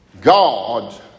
God